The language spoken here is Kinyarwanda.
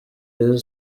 rayon